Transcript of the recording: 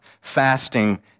fasting